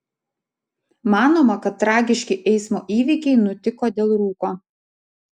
manoma kad tragiški eismo įvykiai nutiko dėl rūko